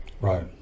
Right